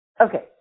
Okay